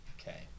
Okay